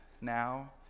now